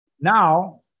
now